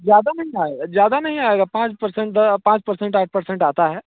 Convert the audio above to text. ज़्यादा नहीं आए ज़्यादा नहीं आएगा पाँच पर्सेंट पाँच पर्सेंट आठ पर्सेंट आता है